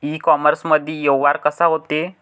इ कामर्समंदी व्यवहार कसा होते?